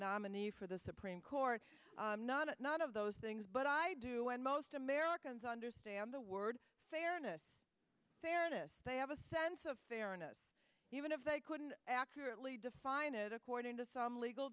nominee for the supreme court not not of those things but i do when most americans understand the word fairness fairness they have a sense of fairness even if they couldn't accurately define it according to some legal